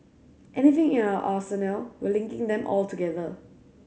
anything in our arsenal we're linking them all together